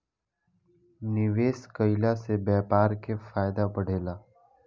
निवेश कईला से व्यापार के फायदा बढ़ेला